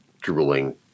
drooling